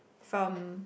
from